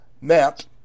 Matt